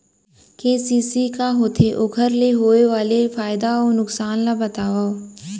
KCC का होथे, ओखर ले होय वाले फायदा अऊ नुकसान ला बतावव?